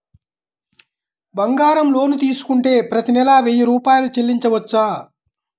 బంగారం లోన్ తీసుకుంటే ప్రతి నెల వెయ్యి రూపాయలు చెల్లించవచ్చా?